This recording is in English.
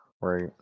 right